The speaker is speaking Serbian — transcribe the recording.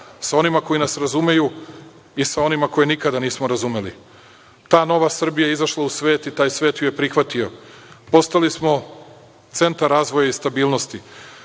sa onima koji nas razumeju i sa onima koje nikada nismo razumeli. Ta nova Srbija je izašla u svet i taj svet ju je prihvatio. Postali smo centar razvoja i stabilnosti.